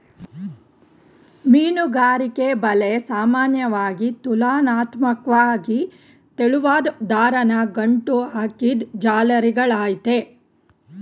ಮೀನುಗಾರಿಕೆ ಬಲೆ ಸಾಮಾನ್ಯವಾಗಿ ತುಲನಾತ್ಮಕ್ವಾಗಿ ತೆಳುವಾದ್ ದಾರನ ಗಂಟು ಹಾಕಿದ್ ಜಾಲರಿಗಳಾಗಯ್ತೆ